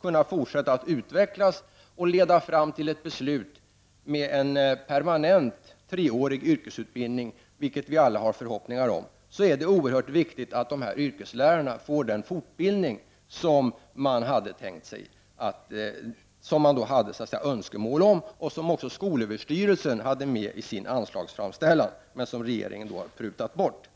kunna fortsätta att utvecklas och leda fram till ett beslut om en permanent treårig yrkesutbildning, vilket vi alla har förhoppningar om, är det oerhört viktigt att yrkeslärarna får den fortbildning som de har önskemål om och som även skolöverstyrelsen har haft med i sin anslagsframställan men som regeringen har prutat bort.